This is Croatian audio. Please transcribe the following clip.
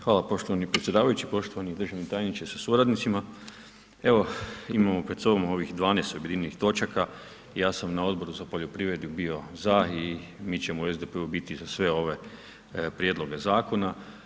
Hvala poštovani predsjedavajući, poštovani državni tajniče sa suradnicima, evo imamo pred sobom ovih 12 objedinjenih točaka i ja sam na Odboru za poljoprivredu bio za i mi ćemo u SDP-u biti za sve ove prijedloge zakona.